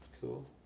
cool